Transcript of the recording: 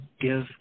give